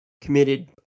committed